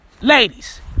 ladies